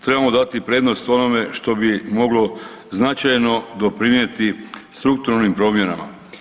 Trebamo dati prednost onome što bi moglo biti značajno doprinijeti strukturnim promjenama.